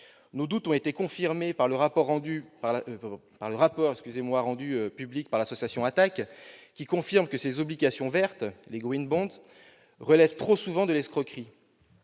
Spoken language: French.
Nos doutes ont été confortés par le rapport rendu public par l'association ATTAC, confirmant que ces obligations vertes, les, relèvent trop souvent de l'escroquerie.